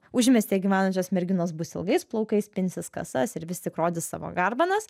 užmiestyje gyvenančios merginos bus ilgais plaukais pinsis kasas ir vis tik rodys savo garbanas